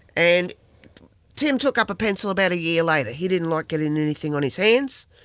and tim took up a pencil about a year later. he didn't like getting anything on his hands.